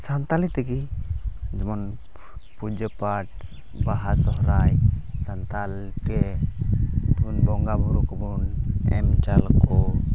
ᱥᱟᱱᱛᱟᱲᱤ ᱛᱮᱜᱮ ᱡᱮᱢᱚᱱ ᱯᱩᱡᱟᱹ ᱯᱟᱴ ᱵᱟᱦᱟ ᱥᱚᱦᱨᱟᱭ ᱥᱟᱱᱛᱟᱲᱤᱛᱮ ᱵᱚᱱ ᱵᱚᱸᱜᱟ ᱵᱩᱨᱩ ᱠᱚᱵᱚᱱ ᱮᱢ ᱪᱟᱞ ᱟᱠᱚᱣᱟ